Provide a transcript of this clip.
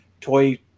Toy